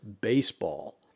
baseball